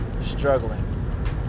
struggling